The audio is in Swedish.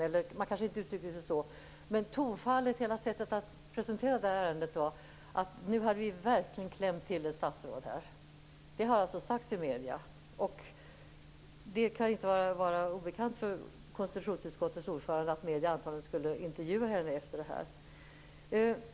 Det kanske inte uttrycktes så, men tonfallet, hela sättet att presentera det här ärendet, sade: Nu har vi verkligen klämt till ett statsråd här. Detta har alltså sagts i medierna. Det kan inte heller ha varit obekant för konstitutionsutskottets ordförande att medierna antagligen skulle intervjua henne efter det här.